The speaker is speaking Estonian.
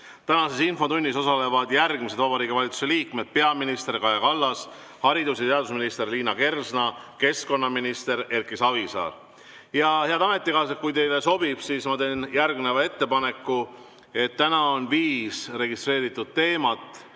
Tänases infotunnis osalevad järgmised Vabariigi Valitsuse liikmed: peaminister Kaja Kallas, haridus‑ ja teadusminister Liina Kersna ning keskkonnaminister Erki Savisaar. Head ametikaaslased, kui teile sobib, siis ma teen järgmise ettepaneku. Täna on viis registreeritud teemat.